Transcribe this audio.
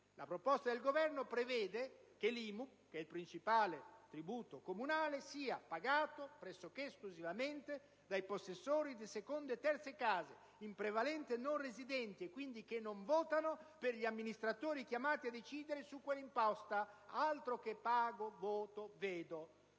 La proposta del Governo prevede che l'IMU, che è il principale tributo comunale sia pagato pressoché esclusivamente dai possessori di seconde e terze case, in prevalenza non residenti e quindi che non votano per gli amministratori chiamati a decidere su quella imposta. Altro che "vedo, pago, voto"